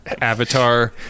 Avatar